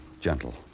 gentle